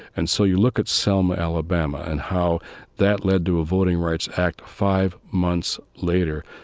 and so you look at selma, alabama, and how that led to a voting rights act five months later.